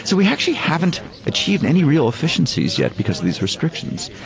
so we actually haven't achieved any real efficiencies yet because of these restrictions.